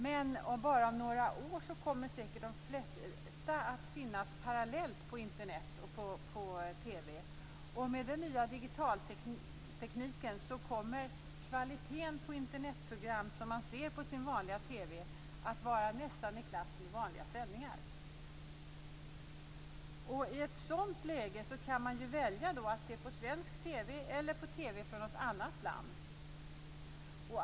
Men bara om några år kommer säkert de flesta att finnas parallellt på Internet och på TV, och med den nya digitaltekniken kommer kvaliteten på Internetprogram som man ser på sin vanliga TV att vara nästan i klass med vanliga sändningar. I ett sådant läge kan man välja att se på svensk TV eller på TV från något annat land.